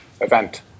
event